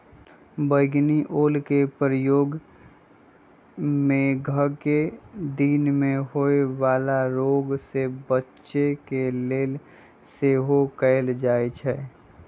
बइगनि ओलके प्रयोग मेघकें दिन में होय वला रोग से बच्चे के लेल सेहो कएल जाइ छइ